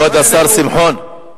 כבוד השר שמחון,